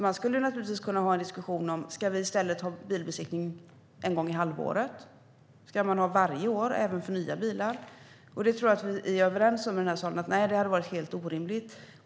Man skulle naturligtvis kunna ha en diskussion: Ska vi i stället ha bilbesiktning en gång i halvåret? Ska vi ha det varje år även för nya bilar? Jag tror att vi i den här salen är överens om att det hade varit helt orimligt.